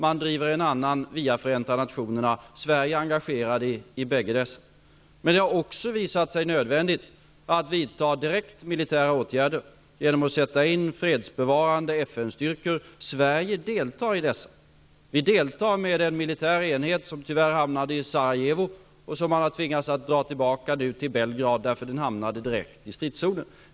Man driver en annan via Förenta nationerna. Sverige är engagerat i båda konferenserna. Det har emellertid också visat sig vara nödvändigt att vidta direkt militära åtgärder genom att sätta in fredsbevarande FN-styrkor. Sverige deltar i dessa. Vi deltar med en militär enhet som tyvärr hamnade i Sarajevo. Man har tvingats att dra tillbaka den till Belgrad eftersom den hamnade i stridszonen.